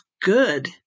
good